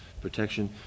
protection